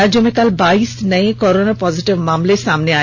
राज्य में कल बाइस नए कोरोना पॉजिटिव मामले सामने आए